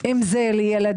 אם זה לילדים,